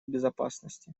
безопасности